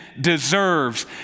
deserves